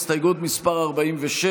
הסתייגות מס' 47,